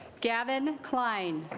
gavin klein